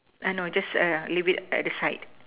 I know just err leave it at the side